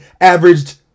averaged